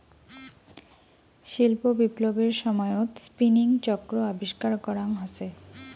শিল্প বিপ্লবের সময়ত স্পিনিং চক্র আবিষ্কার করাং হসে